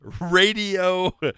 radio